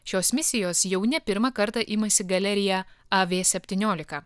šios misijos jau ne pirmą kartą imasi galerija a vė septyniolika